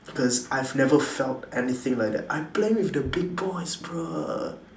cause I've never felt anything like that I playing with the big boys bruh